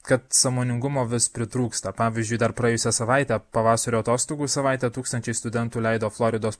kad sąmoningumo vis pritrūksta pavyzdžiui dar praėjusią savaitę pavasario atostogų savaitę tūkstančiai studentų leido floridos